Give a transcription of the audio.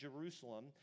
Jerusalem